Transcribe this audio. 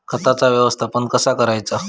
खताचा व्यवस्थापन कसा करायचा?